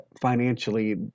financially